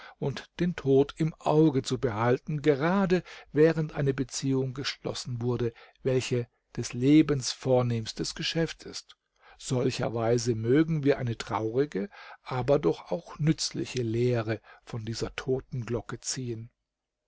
den tod im auge zu behalten gerade während eine beziehung geschlossen wurde welche des lebens vornehmstes geschäft ist solcherweise mögen wir eine traurige aber doch auch nützliche lehre von dieser totenglocke ziehen